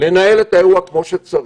לנהל את האירוע כמו שצריך.